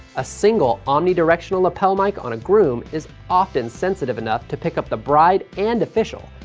a single omni-directional lapel mic on a groom is often sensitive enough to pick up the bride and official,